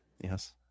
Yes